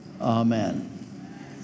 Amen